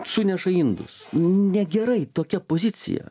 suneša indus negerai tokia pozicija